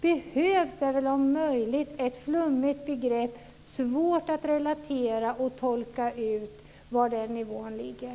Behövs är väl om något ett flummigt begrepp. Det är svårt att relatera till och svårt att tolka var den nivån ligger.